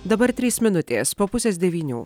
dabar trys minutės po pusės devynių